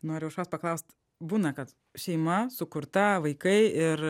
noriu aušros paklaust būna kad šeima sukurta vaikai ir